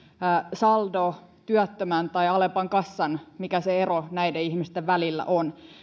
saldo työttömän tai alepan kassan näiden ihmisten välillä